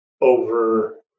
over